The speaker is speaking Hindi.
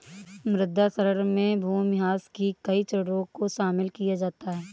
मृदा क्षरण में भूमिह्रास के कई चरणों को शामिल किया जाता है